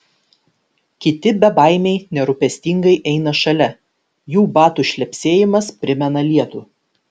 kiti bebaimiai nerūpestingai eina šalia jų batų šlepsėjimas primena lietų